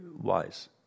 wise